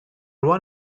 run